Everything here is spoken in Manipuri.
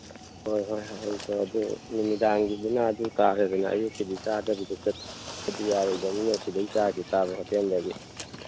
ꯍꯣꯏ ꯍꯣꯏ ꯍꯣꯏ ꯅꯨꯃꯤꯗꯥꯡꯒꯤꯗꯨꯅ ꯑꯗꯨ ꯇꯥꯔꯦꯗꯅ ꯑꯌꯨꯛꯀꯤꯗꯤ ꯆꯥꯗꯕꯤꯗ ꯆꯠꯄꯗꯤ ꯌꯥꯔꯣꯏꯗꯝꯅꯤꯅ ꯁꯤꯗꯒꯤ ꯆꯥꯒꯤ ꯆꯥꯕ ꯍꯣꯇꯦꯜ